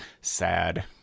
sad